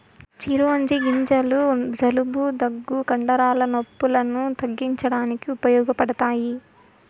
చిరోంజి గింజలు జలుబు, దగ్గు, కండరాల నొప్పులను తగ్గించడానికి ఉపయోగపడతాయి